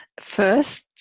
first